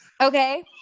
Okay